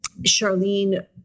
Charlene